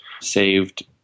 saved